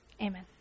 Amen